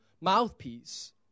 mouthpiece